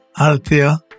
Althea